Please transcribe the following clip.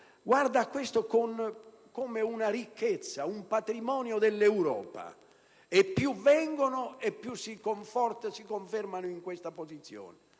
quattro anni) come a una ricchezza, a un patrimonio dell'Europa, e più vengono più si confermano in questa posizione.